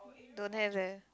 don't have leh